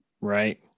Right